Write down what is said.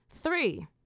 three